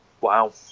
Wow